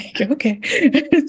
okay